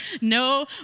no